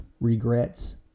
regrets